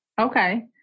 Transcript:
Okay